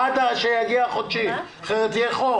עד שיגיע החודשי כי אחרת יהיה חור.